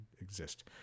exist